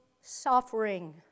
suffering